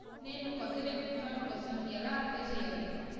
నేను కొత్త debit card కోసం ఎలా అప్లయ్ చేయాలి?